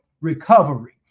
Recovery